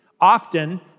Often